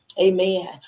Amen